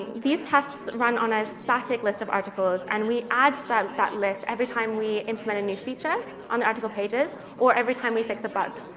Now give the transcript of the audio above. these tests run on a static list of articles and we add them that list every time we implement a new feature on the article pages or every time we fix a bug.